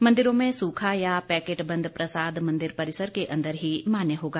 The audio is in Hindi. मंदिरों में सूखा या पैकेट बंद प्रसाद मंदिर परिसर के अंदर ही मान्य होगा